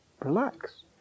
relax